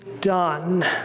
done